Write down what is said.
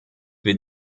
wir